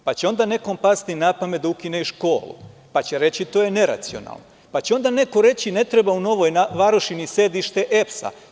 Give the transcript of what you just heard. Onda će nekom pasti na pamet da ukine i školu, pa će reći to je neracionalno, pa će onda neko reći – ne treba u Novoj Varoši ni sedište EPS.